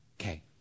Okay